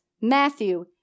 Matthew